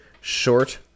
short